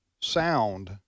Sound